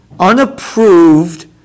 unapproved